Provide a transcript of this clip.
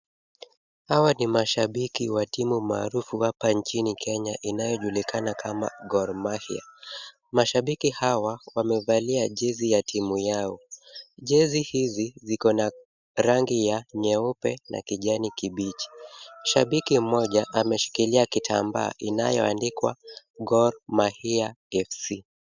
Hawa ni mashabiki wa timu maarufu hapa nchini Kenya inayojulikana kama Gor Mahia. Mashabiki hawa wamevalia jezi ya timu yao. Jezi hizi ziko na rangi ya nyeupe na kijani kibichi. Shabiki mmoja ameshikilia kitambaa inayoandikwa Gor Mahia FC.